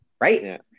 Right